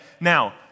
Now